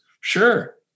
Sure